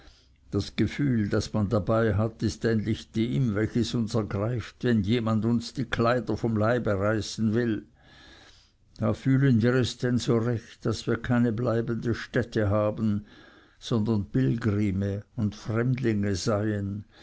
das gefühl das man dabei hat ist ähnlich dem welches uns ergreift wenn jemand uns die kleider vom leibe reißen will da fühlen wir es denn so recht daß wir keine bleibende stätte haben sondern pilgrime und fremdlinge seien